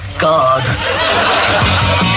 God